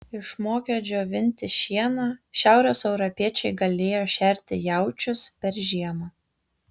išmokę džiovinti šieną šiaurės europiečiai galėjo šerti jaučius per žiemą